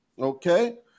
Okay